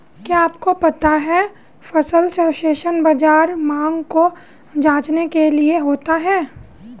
क्या आपको पता है फसल सर्वेक्षण बाज़ार मांग को जांचने के लिए होता है?